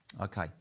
Okay